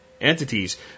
entities